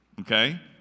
okay